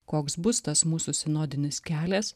koks bus tas mūsų sinodinis kelias